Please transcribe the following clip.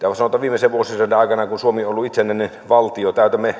viime vuosisadan aikana kun suomi on ollut itsenäinen valtio täytämme